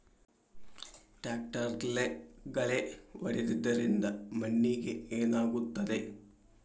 ಟ್ರಾಕ್ಟರ್ಲೆ ಗಳೆ ಹೊಡೆದಿದ್ದರಿಂದ ಮಣ್ಣಿಗೆ ಏನಾಗುತ್ತದೆ?